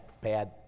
bad